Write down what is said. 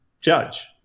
judge